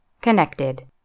Connected